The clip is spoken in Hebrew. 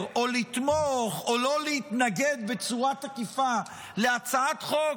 או לתמוך או לא להתנגד בצורה תקיפה להצעת חוק,